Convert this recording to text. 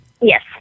Yes